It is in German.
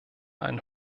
ein